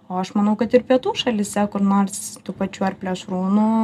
o aš manau kad ir pietų šalyse kur nors tų pačių ar plėšrūnų